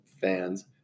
fans